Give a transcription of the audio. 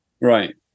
Right